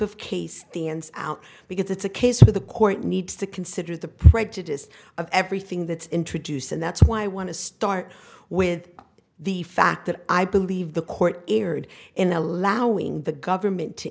of case the ends out because it's a case where the court needs to consider the prejudice of everything that's introduced and that's why i want to start with the fact that i believe the court erred in allowing the government to